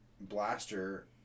blaster